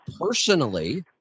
personally